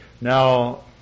Now